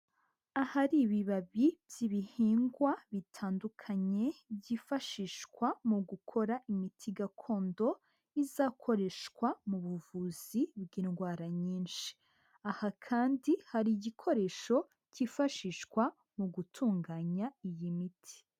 Ahari ibibabi by'ibihingwa bitandukanye byifashishwa mu gukora imiti gakondo izakoreshwa mu buvuzi bw'indwara nyinshi, aha kandi hari igikoresho cyifashishwa mu gutunganya iyi miti.